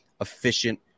efficient